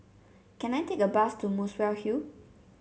can I take a bus to Muswell Hill